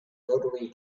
rotary